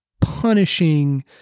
punishing